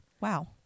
Wow